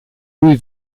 lui